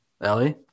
Ellie